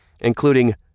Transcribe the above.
including